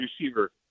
receiver